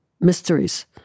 Mysteries